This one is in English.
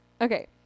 Okay